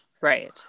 Right